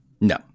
no